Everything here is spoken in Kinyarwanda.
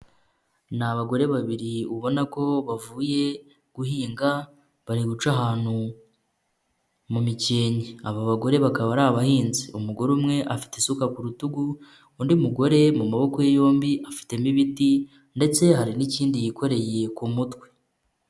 Ni abagore babiri ubona ko bavuye guhinga, bari guca ahantu mu mikenke, aba bagore bakaba ari abahinzi, umugore umwe afite isuka ku rutugu undi mugore mu maboko ye yombi afitemo ibiti ndetse hari n'ikindi yikoreye ku mutwe.